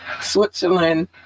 switzerland